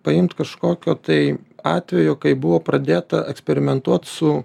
paimt kažkokio tai atvejo kai buvo pradėta eksperimentuot su